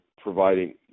providing